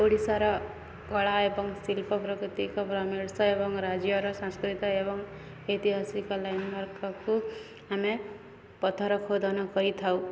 ଓଡ଼ିଶାର କଳା ଏବଂ ଶିଳ୍ପ ପ୍ରାକୃତିକ ଏବଂ ରାଜ୍ୟର ସାଂସ୍କୃତିକ ଏବଂ ଐତିହାସିକ ଲ୍ୟାଣ୍ଡମାର୍କକୁ ଆମେ ପଥର ଖୋଦନ କରିଥାଉ